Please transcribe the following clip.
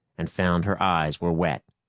and found her eyes were wet.